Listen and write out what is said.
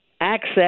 access